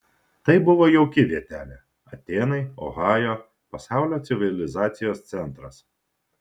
tai buvo jauki vietelė atėnai ohajo pasaulio civilizacijos centras